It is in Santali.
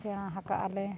ᱥᱮᱬᱟ ᱟᱠᱟᱜ ᱟᱞᱮ